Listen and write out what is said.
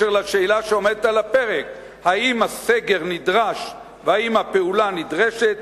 בהקשר של השאלה שעומדת על הפרק האם הסגר נדרש והאם הפעולה נדרשת,